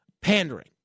pandering